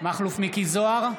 מכלוף מיקי זוהר,